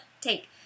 take